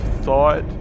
thought